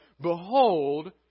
behold